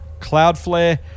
Cloudflare